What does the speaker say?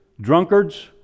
Drunkards